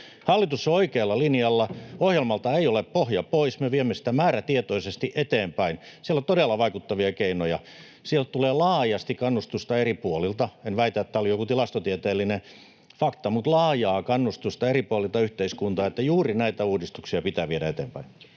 Hallitus on oikealla linjalla. Ohjelmalta ei ole pohja pois, me viemme sitä määrätietoisesti eteenpäin. Siellä on todella vaikuttavia keinoja. Tulee laajasti kannustusta eri puolilta — en väitä, että tämä oli joku tilastotieteellinen fakta — laajaa kannustusta eri puolilta yhteiskuntaa, että juuri näitä uudistuksia pitää viedä eteenpäin.